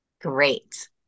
Great